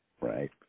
right